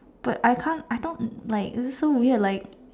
but I can't I don't like it's so weird like